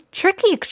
tricky